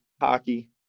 hockey